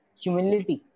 humility